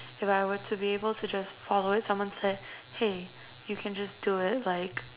if I were to be able to just follow it someone like hey you can just do it like